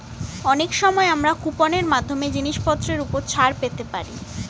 অনেক সময় আমরা কুপন এর মাধ্যমে জিনিসপত্রের উপর ছাড় পেতে পারি